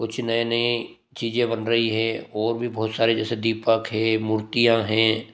कुछ नए नए चीज़ें बन रही हैं वो भी बहुत सारे जैसे दीपक है मूर्तियाँ हैं